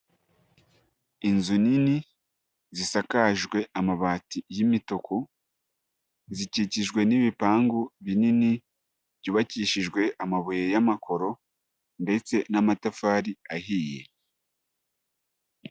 Inzu nini zisakajwe amabati y'imituku, zikikijwe n'ibipangu binini byubakishijwe amabuye y'amakoro ndetse n'amatafari ahiye.